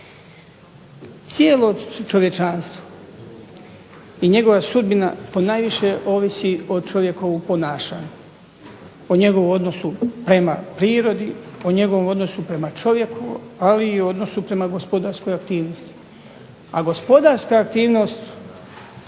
Cijelo čovječanstvo i njegova sudbina ponajviše ovisi o čovjekovu ponašanju, o njegovu odnosu prema prirodi, o njegovu odnosu prema čovjeku, ali i odnosu prema gospodarskoj aktivnosti.